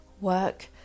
work